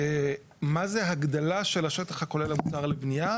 מה זה הגדלה של השטח הכולל המותר לבנייה?